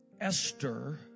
Esther